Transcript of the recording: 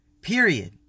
Period